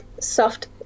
soft